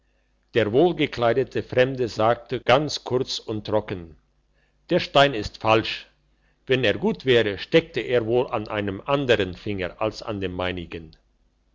der wohlgekleidete fremde sagte ganz kurz und trocken der stein ist falsch wenn er gut wäre steckte er wohl an einem andern finger als an dem meinigen